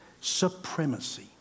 supremacy